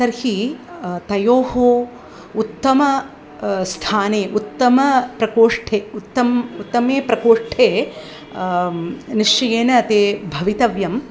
तर्हि तयोः उत्तमस्थाने स्थाने उत्तमप्रकोष्ठे उत्तम् उत्तमे प्रकोष्ठे निश्चयेन ते भवितव्यम्